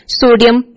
sodium